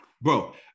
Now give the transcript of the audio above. bro